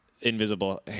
invisible